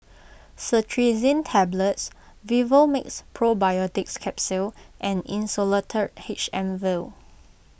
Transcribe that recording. Cetirizine Tablets Vivomixx Probiotics Capsule and Insulatard H M Vial